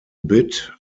bit